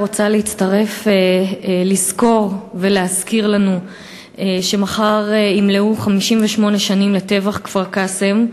רוצה להצטרף ולזכור ולהזכיר לנו שמחר ימלאו 58 שנים לטבח כפר-קאסם,